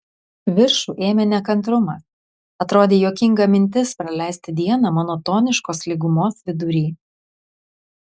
viršų ėmė nekantrumas atrodė juokinga mintis praleisti dieną monotoniškos lygumos vidury